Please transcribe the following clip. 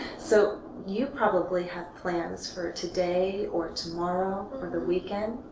so you probably have plans for today or tomorrow or the weekend.